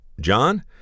John